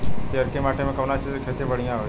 पियरकी माटी मे कउना चीज़ के खेती बढ़ियां होई?